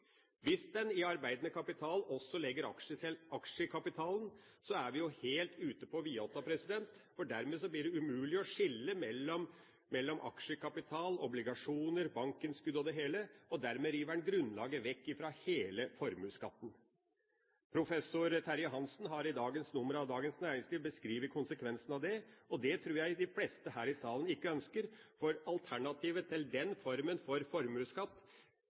Hvis en i arbeidende kapital også legger aksjekapitalen, er vi helt ute på vidåtta, for dermed blir det umulig å skille mellom aksjekapital, obligasjoner, bankinnskudd og det hele, og dermed river en grunnlaget vekk fra hele formuesskatten. Professor Terje Rein Hansen har i dagens nummer av Dagens Næringsliv beskrevet konsekvensene av det, og det tror jeg de fleste her i salen ikke ønsker, for alternativet til at den formen for